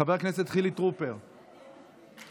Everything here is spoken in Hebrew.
חבר הכנסת חילי טרופר, בבקשה.